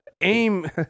aim